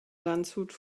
landshut